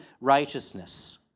righteousness